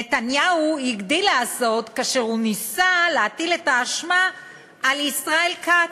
נתניהו הגדיל לעשות כאשר ניסה להטיל את האשמה על ישראל כץ,